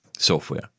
software